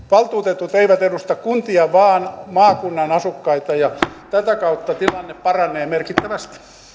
valtuutetut eivät edusta kuntia vaan maakunnan asukkaita ja tätä kautta tilanne paranee merkittävästi